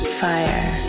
fire